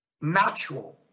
natural